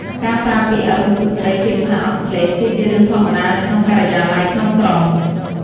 ការប្រើពាក្យ "អរុណសួស្តី" ជាភាសាអង់គ្លេសគឺជារឿងធម្មតានៅក្នុងការិយាល័យក្នុងក្រុង។